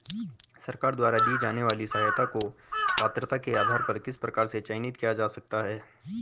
सरकार द्वारा दी जाने वाली सहायता को पात्रता के आधार पर किस प्रकार से चयनित किया जा सकता है?